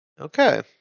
Okay